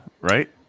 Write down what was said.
right